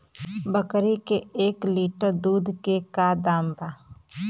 बकरी के एक लीटर दूध के का दाम बा?